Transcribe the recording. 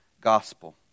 gospel